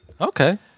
Okay